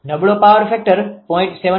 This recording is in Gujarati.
નબળો પાવર ફેક્ટર 0